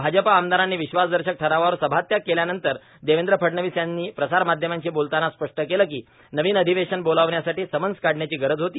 भाजपा आमदारांनी विश्वासदर्शक ठरावावर सभात्याग केल्यानंतर देवेंद्र फडणवीस यांनी प्रसारमाध्यमाशी बोलताना स्पट केलं की नवीन अधिवेशन बोलावण्यासाठी समन्स काढण्याची गरज होती